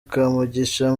kamugisha